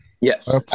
Yes